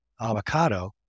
avocado